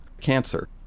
cancer